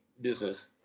business